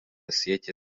siete